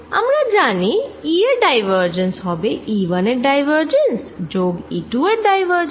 আমরা জানি E এর ডাইভারজেন্স হবে E1 এর ডাইভারজেন্স যোগ E2 এর ডাইভারজেন্স